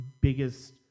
biggest